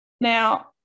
now